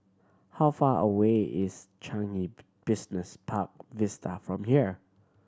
how far away is Changi Business Park Vista from here